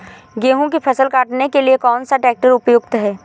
गेहूँ की फसल काटने के लिए कौन सा ट्रैक्टर उपयुक्त है?